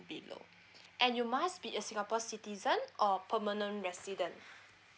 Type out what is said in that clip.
below you must be a singapore citizen or permanent resident